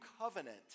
covenant